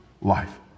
life